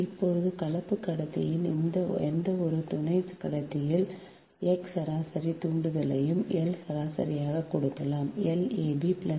இப்போது கலப்பு கடத்தியின் எந்த ஒரு துணைக் கடத்தியின் எக்ஸ் சராசரி தூண்டலையும் L சராசரியாக கொடுக்கலாம் La Lb